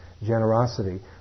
generosity